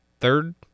third